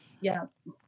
yes